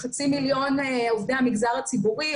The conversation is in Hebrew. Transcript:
חצי מיליון עובדי המגזר הציבורי,